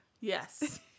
Yes